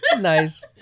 Nice